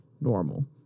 normal